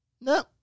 No